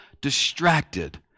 distracted